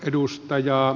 puhemies